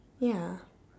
ya